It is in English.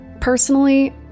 Personally